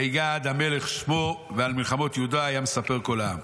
וייגע עד המלך שמו ועל מלחמות יהודה היה מספר כל עם".